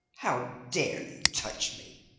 how dare you touch me!